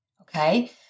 okay